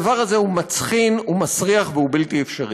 הדבר הזה הוא מצחין, הוא מסריח והוא בלתי אפשרי.